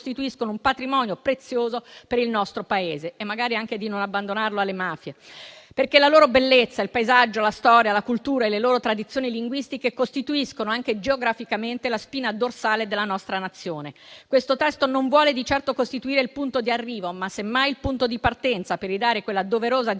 un patrimonio prezioso per il nostro Paese, e magari anche di non abbandonarlo alle mafie. La loro bellezza, il paesaggio, la storia, la cultura e le loro tradizioni linguistiche costituiscono anche geograficamente la spina dorsale della nostra Nazione. Questo testo vuole di certo costituire non il punto di arrivo, ma semmai il punto di partenza per ridare quella doverosa dignità